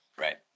Right